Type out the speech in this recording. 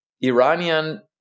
Iranian